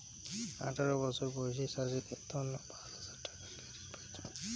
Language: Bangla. আঠারো বছর বয়সী চাষীদের তন্ন পাঁচ হাজার টাকার ক্রেডিট পাইচুঙ